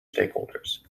stakeholders